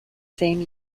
same